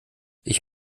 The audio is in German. ich